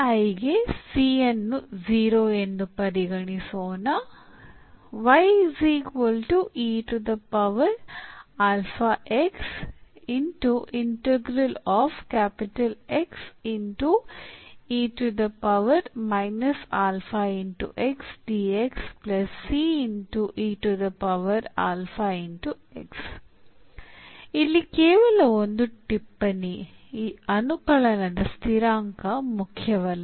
ಗೆ ಅನ್ನು 0 ಎಂದು ಪರಿಗಣಿಸೋಣ ಇಲ್ಲಿ ಕೇವಲ ಒಂದು ಟಿಪ್ಪಣಿ ಈ ಅನುಕಲನದ ಸ್ಥಿರಾಂಕ ಮುಖ್ಯವಲ್ಲ